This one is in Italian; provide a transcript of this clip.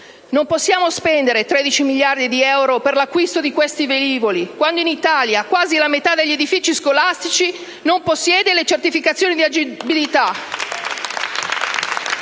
Non possiamo spendere 13 miliardi di euro per l'acquisto di questi velivoli quando in Italia quasi la metà degli edifici scolastici non possiede le certificazioni di agibilità